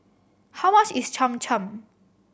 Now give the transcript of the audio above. how much is Cham Cham